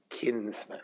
kinsman